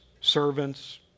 servants